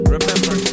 Remember